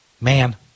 man